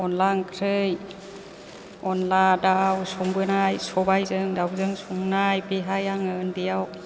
अनद्ला ओंख्रि अनद्ला दाउ संबोनाय सबाइजों दाउजों संनाय बिहाय आङो उनदैयाव